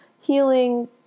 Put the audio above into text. healing